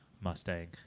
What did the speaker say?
Mustang